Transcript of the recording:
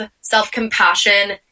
self-compassion